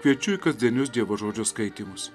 kviečiu į kasdienius dievo žodžio skaitymus